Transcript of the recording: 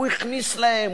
"הוא הכניס להם",